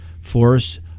force